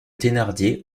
thénardier